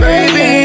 Baby